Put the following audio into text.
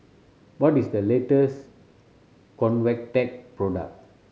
what is the latest Convatec product